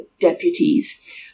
deputies